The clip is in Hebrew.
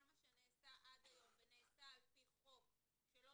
כל מה שנעשה עד היום ונעשה על פי חוק שלא